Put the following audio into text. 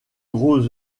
gros